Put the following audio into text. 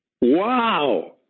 Wow